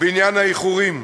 בעניין האיחורים.